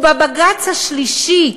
ובבג"ץ השלישי,